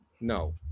no